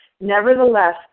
Nevertheless